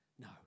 no